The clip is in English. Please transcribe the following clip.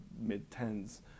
mid-tens